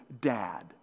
dad